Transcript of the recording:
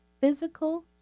physical